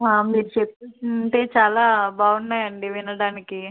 మీరు చెప్తుంటే చాలా బాగున్నాయండి వినడానికి